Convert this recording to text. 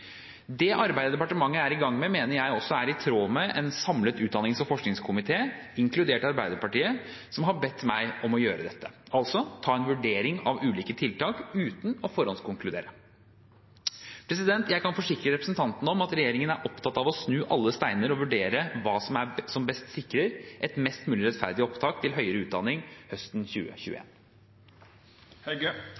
Det arbeidet departementet er i gang med, mener jeg er i tråd med det en samlet utdannings- og forskningskomité, inkludert Arbeiderpartiet, også har bedt meg om å gjøre, altså ta en vurdering av ulike tiltak uten å forhåndskonkludere. Jeg kan forsikre representanten om at regjeringen er opptatt av å snu alle steiner og vurdere hva som best sikrer et mest mulig rettferdig opptak til høyere utdanning høsten